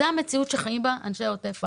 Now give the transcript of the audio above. זאת המציאות שחיים בה אנשי עוטף עזה.